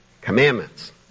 Commandments